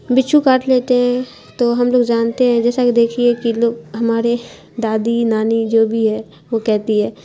بچھو کاٹ لیتے ہیں تو ہم لوگ جانتے ہیں جیسا کہ دیکھیے کہ لوگ ہمارے دادی نانی جو بھی ہے وہ کہتی ہے